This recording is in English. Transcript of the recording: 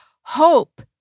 hope